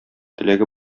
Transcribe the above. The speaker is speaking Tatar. теләге